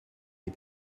les